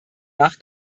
nach